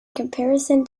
comparison